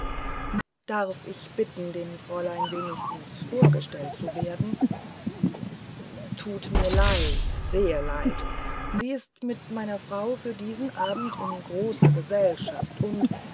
darf ich bitten dem fräulein wenigstens vorgestellt zu werden tut mir leid sehr leid sie ist mit meiner frau für diesen abend in großer gesellschaft und